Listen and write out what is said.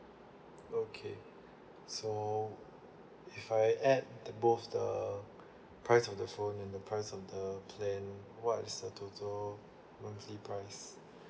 okay so if I add both the price of the phone and the price of the plan what's the total monthly price